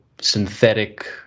synthetic